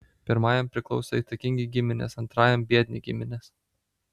pirmajam priklauso įtakingi giminės antrajam biedni giminės